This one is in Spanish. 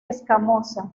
escamosa